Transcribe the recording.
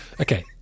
Okay